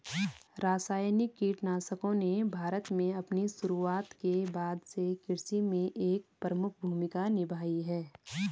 रासायनिक कीटनाशकों ने भारत में अपनी शुरूआत के बाद से कृषि में एक प्रमुख भूमिका निभाई है